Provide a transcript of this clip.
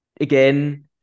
again